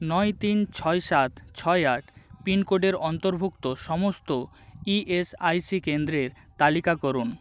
নয় তিন ছয় সাত ছয় আট পিনকোডের অন্তর্ভুক্ত সমস্ত ইএসআইসি কেন্দ্রের তালিকা করুন